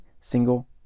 single